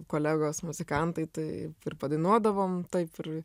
kolegos muzikantai taip ir padainuodavom taip ir